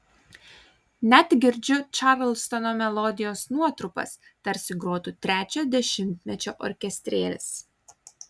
net girdžiu čarlstono melodijos nuotrupas tarsi grotų trečio dešimtmečio orkestrėlis